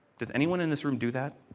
does anyone in this room do that?